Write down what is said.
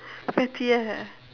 fatty eh